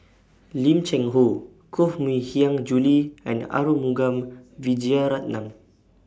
Lim Cheng Hoe Koh Mui Hiang Julie and Arumugam Vijiaratnam